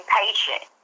patient